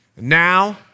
Now